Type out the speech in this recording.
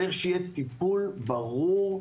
צריך שיהיה טיפול ברור,